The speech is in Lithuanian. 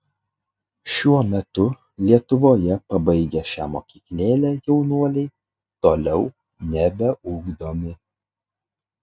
šiuo metu lietuvoje pabaigę šią mokyklėlę jaunuoliai toliau nebeugdomi